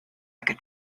could